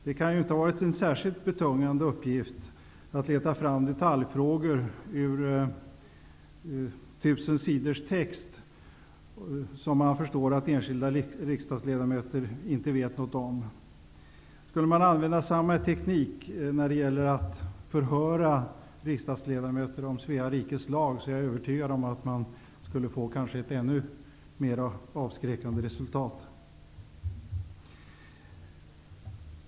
Det kan inte ha varit en särskilt betungande uppgift att ur 1 000 sidor text leta fram detaljfrågor, som man förstår att enskilda riksdagsledamöter inte vet något om. Skulle man använda samma teknik när det gäller att förhöra riksdagsledamöter om Svea Rikes Lag, är jag övertygad om att man skulle få ett kanske ännu mer avskräckande resultat.